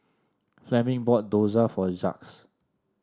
Fleming bought Dosa for Jacques